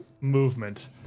movement